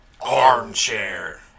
armchair